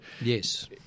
Yes